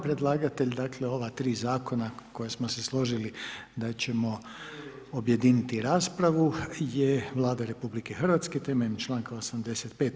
Predlagatelj dakle ova tri zakona koja smo se složili da ćemo objediniti raspravu je Vlada RH temeljem članka 85.